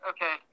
Okay